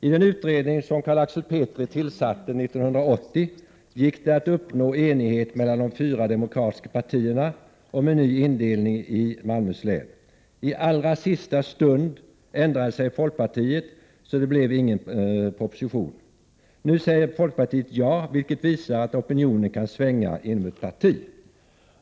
I den utredning som Carl Axel Petri tillsatte 1980 gick det att uppnå enighet mellan de fyra demokratiska partierna om en ny indelning i Malmöhus län. I allra sista stund ändrade sig folkpartiet, så det blev ingen proposition. Nu säger folkpartiet ja, vilket visar att opinionen kan svänga inom ett parti.